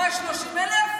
ספרת אותם אחד אחד, 130,000?